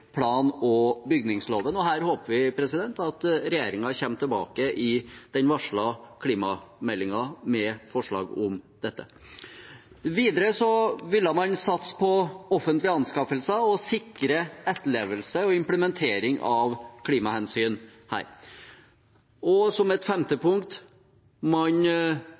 plan- og bygningsloven. Her håper vi at regjeringen kommer tilbake i den varslede klimameldingen med forslag om dette. Man ville satse på offentlige anskaffelser og sikre etterlevelse og implementering av klimahensyn her. Man burde vurdere å innføre krav til rapportering og